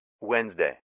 Wednesday